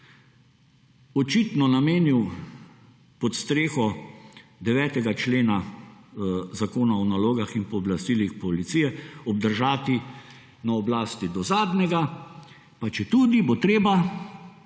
očitno namenil pod streho 9. člena Zakona o nalogah in pooblastilih policije obdržati na oblasti do zadnjega, pa četudi bo treba